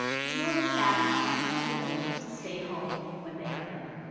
facility staff must have the ability to stay home when they are ill.